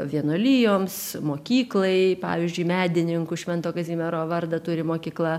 vienuolijoms mokyklai pavyzdžiui medininkų švento kazimiero vardą turi mokykla